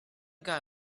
guy